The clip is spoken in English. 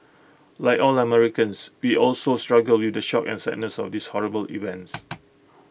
like all Americans we also struggle with the shock and sadness of these horrible events